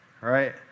right